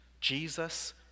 Jesus